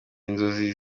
n’inzozi